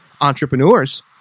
entrepreneurs